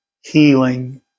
healing